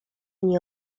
nie